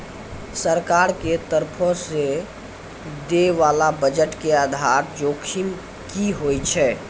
सरकार के तरफो से दै बाला बजट के आधार जोखिम कि होय छै?